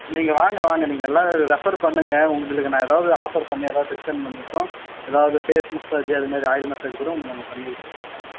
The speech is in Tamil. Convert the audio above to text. நீங்கள் வாங்க வாங்க நீங்கள் எல்லாம் ரெஃபர் பண்ணுங்கள் உங்களுக்கு நான் எதாவது ஆஃபர் பண்ணி எதாவது டிஸ்கௌண்ட் பண்ணி கூடம் எதாவது ஃபேஸ் மசாஜ் அதுமாதிரி ஆயில் மசாஜ் கூடம் உங்களுக்கு நாங்கள் பண்ணிக் கொடுப்போங்க